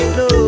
no